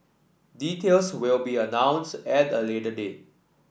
details will be announced at a later date